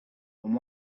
and